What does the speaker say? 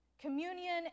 Communion